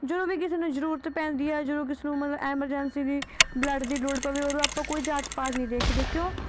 ਜਦੋਂ ਵੀ ਕਿਸੇ ਨੂੰ ਜ਼ਰੂਰਤ ਪੈਂਦੀ ਆ ਜਦੋਂ ਕਿਸੇ ਨੂੰ ਮਤਲਬ ਐਮਰਜੈਂਸੀ ਦੀ ਬਲੱਡ ਦੀ ਲੋੜ ਪਵੇ ਉਦੋਂ ਆਪਾਂ ਕੋਈ ਜਾਤ ਪਾਤ ਨਹੀਂ ਦੇਖਦੇ ਕਿਉਂ